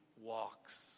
walks